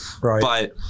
Right